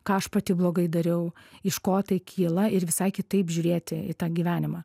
ką aš pati blogai dariau iš ko tai kyla ir visai kitaip žiūrėti į tą gyvenimą